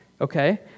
okay